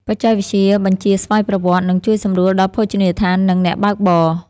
បច្ចេកវិទ្យាបញ្ជាស្វ័យប្រវត្តិ នឹងជួយសម្រួលដល់ភោជនីយដ្ឋាន និងអ្នកបើកបរ។